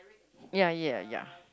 ya ya ya